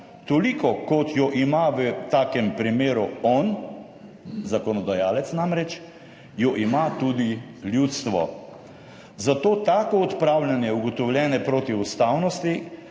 toliko, kot jo ima v takem primeru on, zakonodajalec namreč, jo ima tudi ljudstvo. Zato tako odpravljanje ugotovljene protiustavnosti